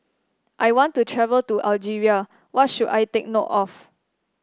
I want to travel to Algeria what should I take note of